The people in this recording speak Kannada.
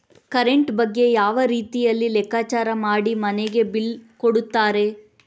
ಕರೆಂಟ್ ಬಗ್ಗೆ ಯಾವ ರೀತಿಯಲ್ಲಿ ಲೆಕ್ಕಚಾರ ಮಾಡಿ ಮನೆಗೆ ಬಿಲ್ ಕೊಡುತ್ತಾರೆ?